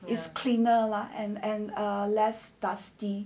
is cleaner lah and and err less dusty